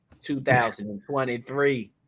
2023